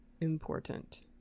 important